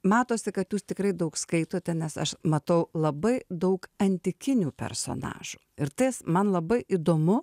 matosi kad jūs tikrai daug skaitote nes aš matau labai daug antikinių personažų ir tai man labai įdomu